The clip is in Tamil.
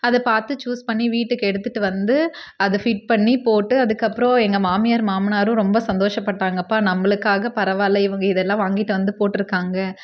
அது பார்த்து சூஸ் பண்ணி வீட்டுக்கு எடுத்துகிட்டு வந்து அதை பிட் பண்ணி போட்டு அதுக்கு அப்பறம் எங்கள் மாமியார் மாமனாரும் ரொம்ப சந்தோஷப்பட்டாங்க அப்பா நம்பளுக்காக பரவாயில்ல இதுலாம் வாங்கிகிட்டு வந்து போட்யிருக்காங்க